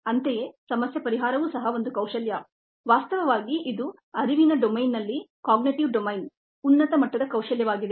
ಅಂತೆಯೇ ಸಮಸ್ಯೆ ಪರಿಹಾರವೂ ಸಹ ಒಂದು ಕೌಶಲ್ಯವಾಸ್ತವವಾಗಿ ಇದು ಕಾಗ್ನಿಟಿವ್ ಡೊಮೇನ್ನಲ್ಲಿ ಉನ್ನತ ಮಟ್ಟದ ಕೌಶಲ್ಯವಾಗಿದೆ